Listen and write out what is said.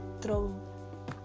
throw